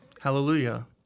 Hallelujah